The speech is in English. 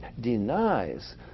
denies